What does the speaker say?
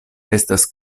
estas